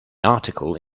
article